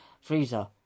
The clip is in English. freezer